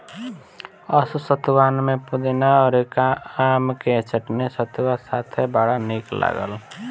असो सतुआन में पुदीना अउरी आम के चटनी सतुआ साथे बड़ा निक लागल